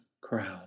crowd